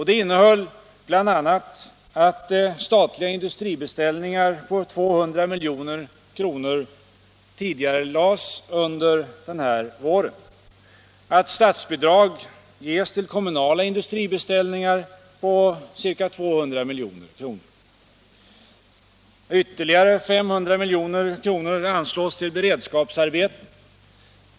Det innehöll bl.a. att statliga industribeställningar på 200 milj.kr. tidigareläggs under den här våren, att statsbidrag ges till kommunala industribeställningar på ca 200 milj.kr., att ytterligare 500 milj.kr. anslås till beredskapsarbeten.